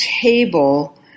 table